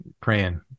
praying